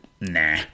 nah